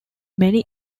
many